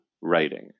writing